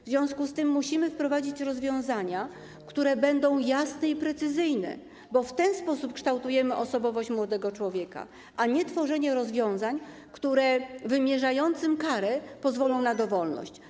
W związku z tym musimy wprowadzić rozwiązania jasne i precyzyjne, bo w ten sposób kształtujemy osobowość młodego człowieka, a nie tworzyć rozwiązań, które wymierzającym karę pozwolą na dowolność.